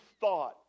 thought